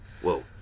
Whoa